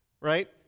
right